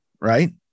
right